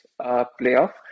playoff